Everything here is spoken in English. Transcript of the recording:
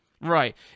Right